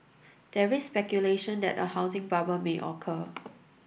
there is speculation that a housing bubble may occur